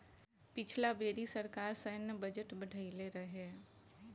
पिछला बेरी सरकार सैन्य बजट बढ़इले रहे